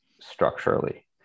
structurally